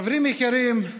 חברים יקרים,